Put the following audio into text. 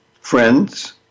friends